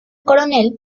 coronel